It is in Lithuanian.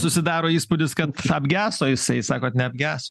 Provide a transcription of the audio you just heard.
susidaro įspūdis kad apgeso jisai sakot neapges